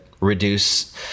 reduce